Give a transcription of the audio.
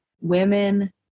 women